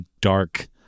dark